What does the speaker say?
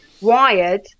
wired